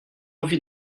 envie